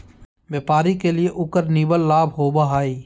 व्यापारी के लिए उकर निवल लाभ होबा हइ